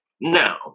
Now